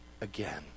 again